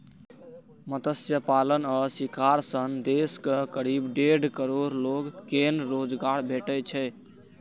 मत्स्य पालन आ शिकार सं देशक करीब डेढ़ करोड़ लोग कें रोजगार भेटै छै